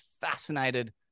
fascinated